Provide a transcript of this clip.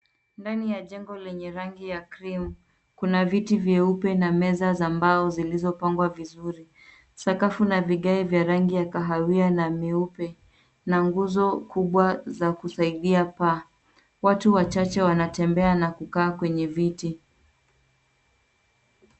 Ndani ya jengo lenye rangi ya cream .Kuna viti vyeupe na meza za mbao zilizopangwa vizuri. Sakafu na vigae vya rangi ya kahawia na myeupe na nguzo kubwa za kusaidia paa. Watu wachache wanatembea na kukaa kwenye viti.